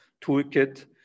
toolkit